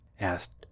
asked